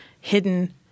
hidden